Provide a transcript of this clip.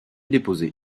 déposé